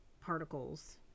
particles